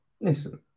listen